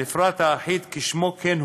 המפרט האחיד, כשמו כן הוא: